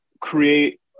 create